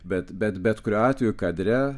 bet bet bet kuriuo atveju kadre